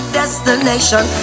destination